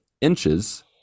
inches